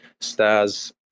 stars